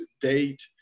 date